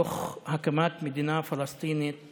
תוך הקמת מדינה פלסטינית